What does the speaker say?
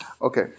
Okay